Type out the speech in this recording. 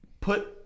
put